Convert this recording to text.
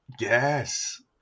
Yes